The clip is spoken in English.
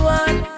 one